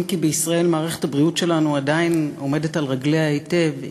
אם כי בישראל מערכת הבריאות שלנו עדיין עומדת על רגליה היטב,